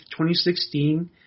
2016